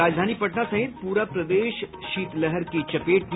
और राजधानी पटना सहित पूरा प्रदेश शीतलहर की चपेट में